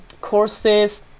courses